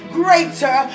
greater